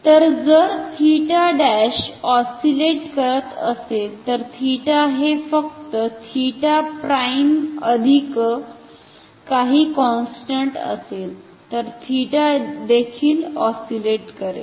तर जर 𝜃′ ऑस्सिलेट करत असेल तर 𝜃 हे फक्त थिटा प्राइम अधिक काही कॉन्स्ट्न्ट असेल तर 𝜃 देखील ऑस्सिलेट करेल